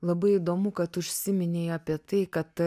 labai įdomu kad užsiminei apie tai kad